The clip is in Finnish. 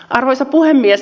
arvoisa puhemies